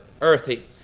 earthy